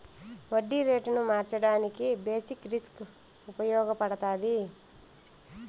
వడ్డీ రేటును మార్చడానికి బేసిక్ రిస్క్ ఉపయగపడతాది